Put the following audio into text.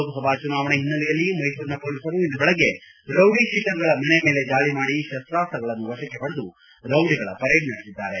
ಲೋಕಸಭಾ ಚುನಾವಣೆ ಹಿನ್ನೆಲೆಯಲ್ಲಿ ಮೈಸೂರಿನ ಮೊಲೀಸರು ಇಂದು ಬೆಳಗ್ಗೆ ರೌಡಿ ಶೀಟರ್ಗಳ ಮನೆ ಮೇಲೆ ದಾಳಿ ಮಾಡಿ ಶಸ್ತಾಸ್ತಗಳನ್ನು ವಶಕ್ಕೆ ಪಡೆದು ರೌಡಿಗಳ ಪರೇಡ್ ನಡೆಸಿದ್ದಾರೆ